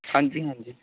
ਹਾਂਜੀ ਹਾਂਜੀ